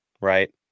right